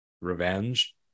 revenge